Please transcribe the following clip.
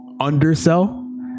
undersell